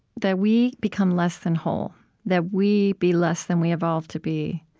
that we become less than whole that we be less than we evolved to be.